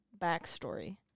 backstory